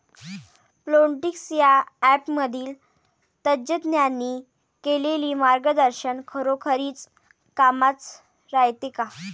Plantix या ॲपमधील तज्ज्ञांनी केलेली मार्गदर्शन खरोखरीच कामाचं रायते का?